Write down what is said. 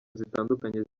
zitandukanye